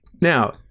Now-